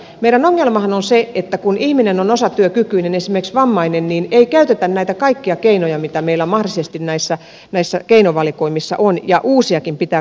meidän ongelmammehan on se että kun ihminen on osatyökykyinen esimerkiksi vammainen niin ei käytetä näitä kaikkia keinoja mitä meillä mahdollisesti näissä keinovalikoimissa on ja uusiakin pitää koko ajan kehittää